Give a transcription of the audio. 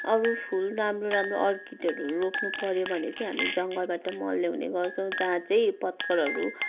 अरू फुल राम्रो राम्रो अर्किडहरू रोप्नु पऱ्यो भने चाहिँ हामी जङ्गलबाट मल ल्याउने गर्छौँ जहाँ चाहिँ पत्करहरू